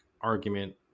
argument